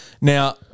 Now